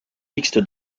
mixte